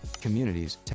communities